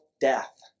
death